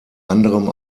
anderem